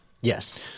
Yes